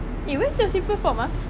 eh where's your slipper from ah